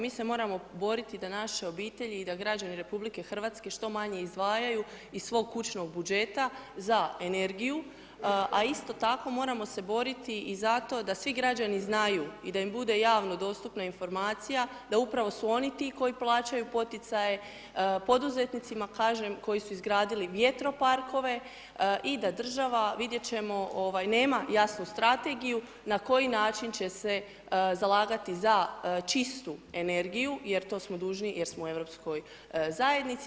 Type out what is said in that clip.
Mi se moramo boriti da naše obitelji i da građani RH što manje izdvajaju iz svog kućnog budžeta za energiju, a isto tako moramo se boriti i za to da svi građani znaju i da mu bude javno dostupna informacija da upravo su oni ti koji plaćaju poticaje, poduzetnicima, kažem, koji su izgradili vjetroparkove i da država, vidjet ćemo, ovaj, nema jasnu strategiju na koji način će se zalagati za čistu energiju jer to smo dužni jer smo u Europskoj zajednici.